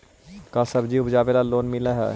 का सब्जी उपजाबेला लोन मिलै हई?